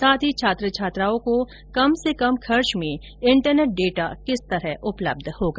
साथ ही छात्र छात्राओं को कम से कम खर्च में इंटरनेट डेटा किस तरह उपलब्ध होगा